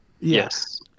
Yes